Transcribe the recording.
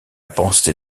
pensée